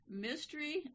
Mystery